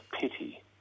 pity